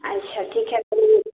अच्छा ठीक है तो